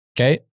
Okay